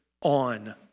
on